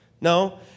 No